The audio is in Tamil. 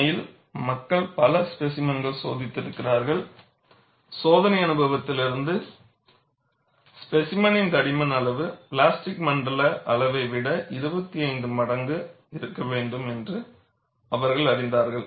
உண்மையில் மக்கள் பல ஸ்பேசிமென்களை சோதித்திருக்கிறார்கள் சோதனை அனுபவத்திலிருந்து ஸ்பேசிமெனின் தடிமன் அளவு பிளாஸ்டிக் மண்டல அளவை விட 25 மடங்கு இருக்க வேண்டும் என்று அவர்கள் அறிந்தார்கள்